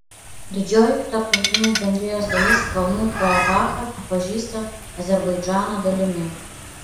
didžioji tarptautinės bendrijos dalis kalnų karabachą pripažįsta azerbaidžano dalimi